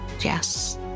Yes